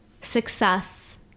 success